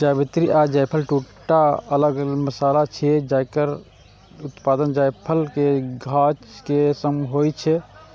जावित्री आ जायफल, दूटा अलग मसाला छियै, जकर उत्पादन जायफल के गाछ सं होइ छै